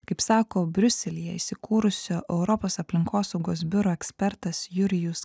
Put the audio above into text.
kaip sako briuselyje įsikūrusio europos aplinkosaugos biuro ekspertas jurijus